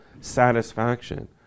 satisfaction